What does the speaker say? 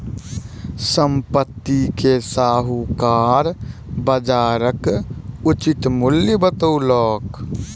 संपत्ति के साहूकार बजारक उचित मूल्य बतौलक